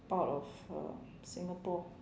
part of uh Singapore